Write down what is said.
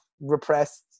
repressed